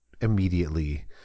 immediately